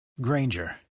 Granger